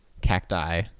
cacti